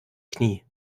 knie